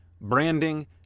branding